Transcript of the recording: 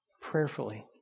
prayerfully